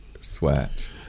sweat